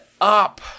up